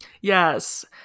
Yes